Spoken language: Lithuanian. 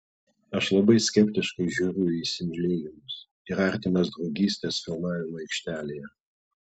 aš labai skeptiškai žiūriu į įsimylėjimus ir artimas draugystes filmavimo aikštelėje